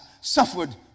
suffered